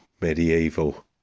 medieval